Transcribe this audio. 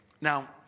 Now